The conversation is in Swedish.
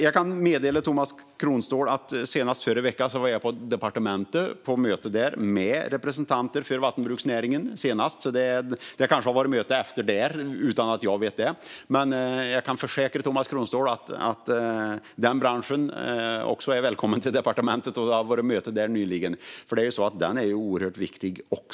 Jag kan meddela Tomas Kronståhl att senast förra veckan var jag på möte i departementet med representanter för vattenbruksnäringen. Det har kanske varit möten efter det som inte jag känner till. Men jag kan försäkra Tomas Kronståhl att denna bransch också är välkommen till departementet och att det har varit möte där nyligen. Den är nämligen också oerhört viktig.